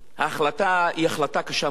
ההחלטה היא החלטה קשה מאוד.